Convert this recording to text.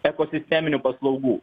ekosisteminių paslaugų